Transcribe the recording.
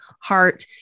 heart